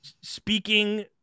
speaking